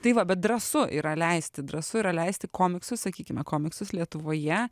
tai va bet drąsu yra leisti drąsu yra leisti komiksus sakykime komiksus lietuvoje